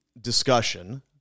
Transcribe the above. discussion